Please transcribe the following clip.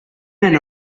men